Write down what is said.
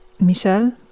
Michel